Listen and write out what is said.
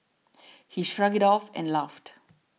he shrugged it off and laughed